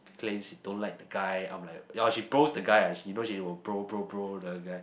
claims she don't like the guy I'm like ya she bros the guy ah you know she will bro bro bro the guy